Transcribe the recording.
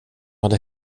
hade